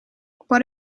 what